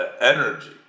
energy